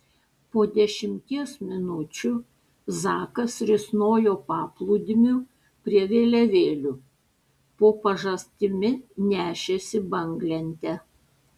po dešimties minučių zakas risnojo paplūdimiu prie vėliavėlių po pažastimi nešėsi banglentę